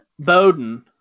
bowden